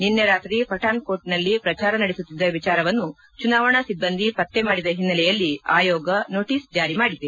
ನಿನ್ನೆ ರಾತ್ರಿ ಪಠಾಣ್ಕೋಟ್ನಲ್ಲಿ ಪ್ರಚಾರ ನಡೆಸುತ್ತಿದ್ದ ವಿಚಾರವನ್ನು ಚುನಾವಣಾ ಸಿಬ್ಲಂದಿ ಪತ್ತೆ ಮಾಡಿದ ಹಿನ್ನೆಲೆಯಲ್ಲಿ ಆಯೋಗ ನೋಟಿಸ್ ಜಾರಿ ಮಾಡಿದೆ